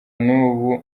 n’ubu